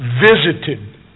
Visited